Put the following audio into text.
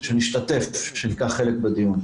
שנשתתף, שניקח חלק בדיון.